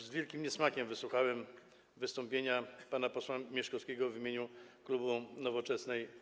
Z wielkim niesmakiem wysłuchałem wystąpienia pana posła Mieszkowskiego w imieniu klubu Nowoczesnej.